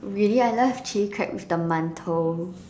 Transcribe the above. really I love Chili crab with the 馒头